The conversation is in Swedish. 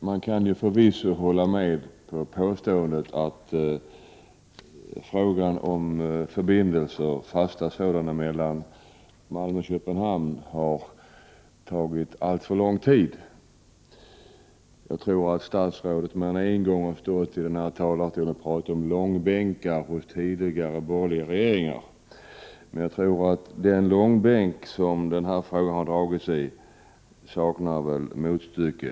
Herr talman! Påståendet om att frågan om fasta förbindelser mellan 4 april 1989 Malmö och Köpenhamn har tagit alltför lång tid är förvisso riktigt. Statsrådet har väl mer än en gång stått här i talarstolen och talat om långbänkar när det gäller tidigare borgerliga regeringar. Men på tal om långbänk tror jag att behandlingen av den här frågan saknar motstycke.